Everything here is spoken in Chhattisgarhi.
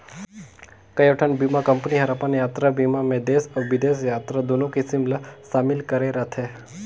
कयोठन बीमा कंपनी हर अपन यातरा बीमा मे देस अउ बिदेस यातरा दुनो किसम ला समिल करे रथे